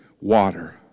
water